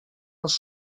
els